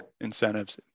Incentives